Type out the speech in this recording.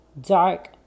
dark